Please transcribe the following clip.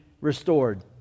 restored